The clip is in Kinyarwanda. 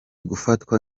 gufatwa